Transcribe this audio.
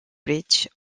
bridge